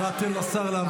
אתם צבועים.